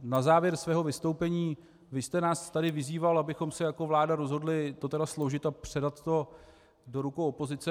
Na závěr svého vystoupení vy jste nás tady vyzýval, abychom se jako vláda rozhodli to tedy složit a předat to do rukou opozice.